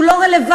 שהוא לא רלוונטי,